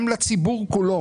גם לציבור כולו.